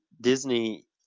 Disney